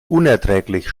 unerträglich